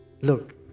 Look